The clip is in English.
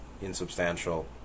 insubstantial